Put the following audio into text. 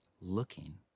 looking